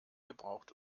gebraucht